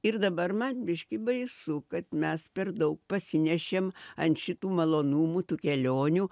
ir dabar man biškį baisu kad mes per daug pasinešėm ant šitų malonumų tų kelionių